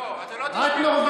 לא, אתה לא תשפיל פה חברות כנסת.